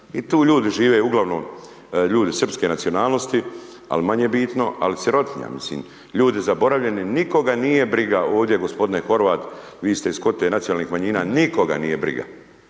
I tu ljudi žive uglavnom ljudi srpske nacionalnosti, al manje bitno, al sirotinja, mislim, ljudi zaboravljeni nikoga nije briga ovdje gospodine Horvat vi ste iz kvote nacionalnih manjina, nikoga nije briga.